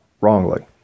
wrongly